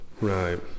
right